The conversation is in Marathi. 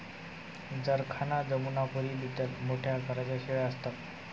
जरखाना जमुनापरी बीटल मोठ्या आकाराच्या शेळ्या असतात